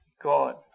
God